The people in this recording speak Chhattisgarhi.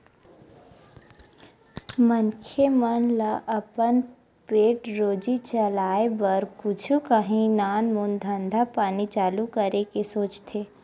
मनखे मन ल अपन पेट रोजी चलाय बर कुछु काही नानमून धंधा पानी चालू करे के सोचथे